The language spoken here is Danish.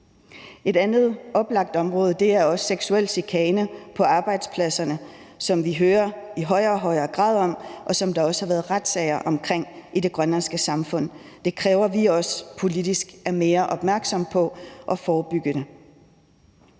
Et andet oplagt område er også seksuel chikane på arbejdspladserne, som vi i højere og højere grad hører om, og som der også har været retssager omkring i det grønlandske samfund, og det kræver også, at vi politisk er mere opmærksomme på at forebygge det.